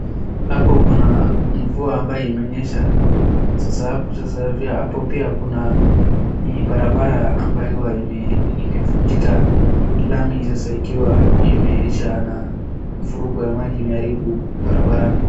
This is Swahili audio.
Hapo kuna mvua ambayo imenyesha, sasa hapo sasa hapo pia kuna barabara ambayo huwa imevunjika lami sasa ikiwa imeisha na mvurugo ya maji imeharibu barabarani.